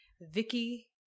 Vicky